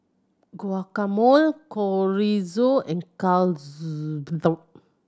Guacamole Chorizo and